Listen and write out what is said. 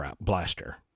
blaster